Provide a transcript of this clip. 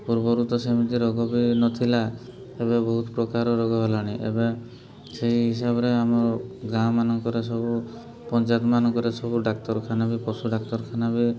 ପୂର୍ବରୁ ତ ସେମିତି ରୋଗ ବି ନଥିଲା ଏବେ ବହୁତ ପ୍ରକାର ରୋଗ ହେଲାଣି ଏବେ ସେଇ ହିସାବରେ ଆମ ଗାଁମାନଙ୍କରେ ସବୁ ପଞ୍ଚାୟତ ମାନଙ୍କରେ ସବୁ ଡାକ୍ତରଖାନା ବି ପଶୁ ଡାକ୍ତରଖାନା ବି